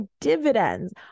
dividends